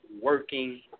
working